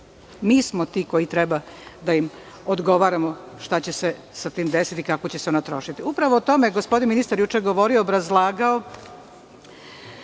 Mi smo ti koji treba da im odgovaramo šta će se sa tim desiti, kako će se ona trošiti. Upravo o tome je gospodin ministar juče govorio i obrazlagao